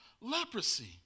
leprosy